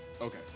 okay